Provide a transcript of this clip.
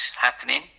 happening